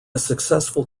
successful